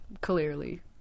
Clearly